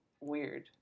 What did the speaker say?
weird